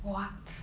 what